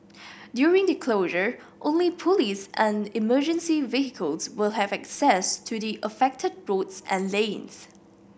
during the closure only police and emergency vehicles will have access to the affected roads and lanes